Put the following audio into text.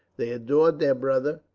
they adored their brother,